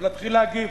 ולהתחיל להגיב.